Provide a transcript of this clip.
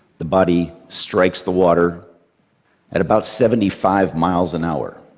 the body strikes the water at about seventy five miles an hour.